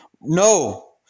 No